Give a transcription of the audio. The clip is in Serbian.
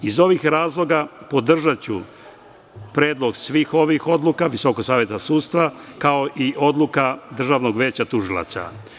Iz ovih razloga podržaću predlog svih ovih odluka Visokog saveta sudstva, kao i odluka Državnog veća tužilaca.